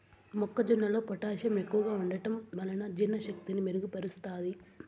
మొక్క జొన్నలో పొటాషియం ఎక్కువగా ఉంటడం వలన జీర్ణ శక్తిని మెరుగు పరుస్తాది